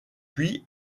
puis